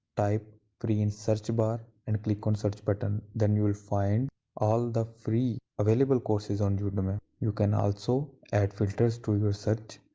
type free in search bar and click on search button. then you'll find all the free available courses on udemy you can also add filters to your search.